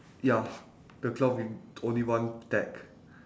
ya the cloth with only one tag